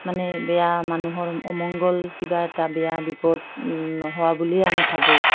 মানে বেয়া মানুহৰ অমংগল কিবা এটা বেয়া বিপদ নোহোৱা বুলিয়ে আমি ভাবোঁ